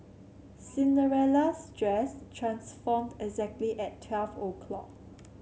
Cinderella's dress transformed exactly at twelve o'clock